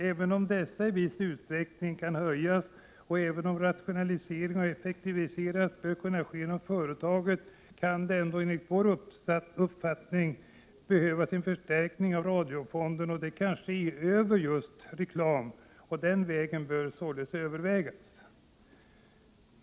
Även om dessa i viss utsträckning kan höjas och även om rationaliseringar och effektiviseringar bör kunna ske inom företaget, bör enligt centerns uppfattning förstärkningar av radiofonden ske genom att öppna för reklam så att man får intäkter den vägen.